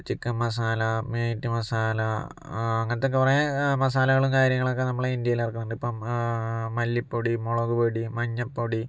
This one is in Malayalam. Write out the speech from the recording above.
ചിക്കൻ മസാല മീറ്റ് മസാല അങ്ങനത്തെ കുറേ മസാലകളും കാര്യങ്ങളൊക്കെ നമ്മള് ഇന്ത്യയിലിറക്കുന്നുണ്ട് ഇപ്പോൾ മല്ലിപ്പൊടി മുളക് പൊടി മഞ്ഞപ്പൊടി